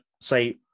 say